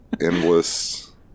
endless